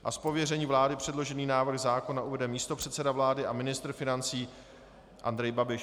Z pověření vlády předložený návrh zákona uvede místopředseda vlády a ministr financí Andrej Babiš.